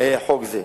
חוק זה.